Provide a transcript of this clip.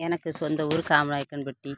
எனக்கு சொந்த ஊர் காமநாயக்கன்பட்டி